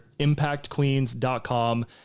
impactqueens.com